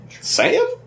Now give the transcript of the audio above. Sam